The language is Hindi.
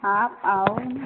आप आओ ना